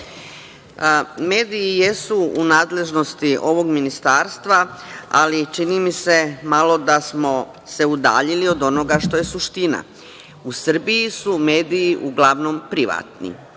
Mediji jesu u nadležnosti ovog ministarstva, ali čini mi se malo da smo se udaljili od onoga što je suština.U Srbiji su mediji uglavnom privatni